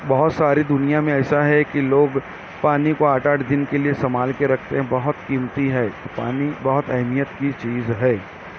بہت ساری دنیا میں ایسا ہے کہ لوگ پانی کو آٹھ آٹھ دن کے لیے سنبھال کے رکھتے ہیں بہت قیمتی ہے پانی بہت اہمیت کی چیز ہے